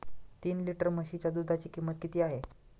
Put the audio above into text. तीन लिटर म्हशीच्या दुधाची किंमत किती आहे?